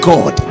God